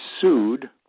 sued